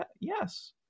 yes